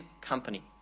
company